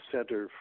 Center